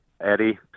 Eddie